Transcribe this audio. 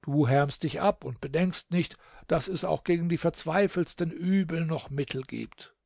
du härmst dich ab und bedenkst nicht daß es auch gegen die verzweifeltsten übel noch mittel gibt